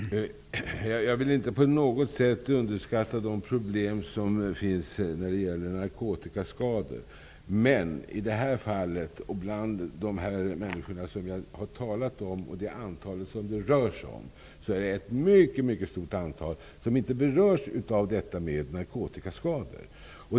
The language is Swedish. Herr talman! Det är inte så att jag på något sätt underskattar de problem som finns när det gäller narkotikaskador. Men i det här fallet -- jag tänker då på de människor som jag har talat om och det antal som det rör sig om -- är det ett mycket stort antal som inte berörs av detta med narkotikaskador.